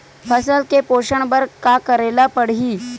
फसल के पोषण बर का करेला पढ़ही?